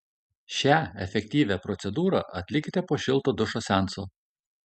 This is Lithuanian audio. šią efektyvią procedūrą atlikite po šilto dušo seanso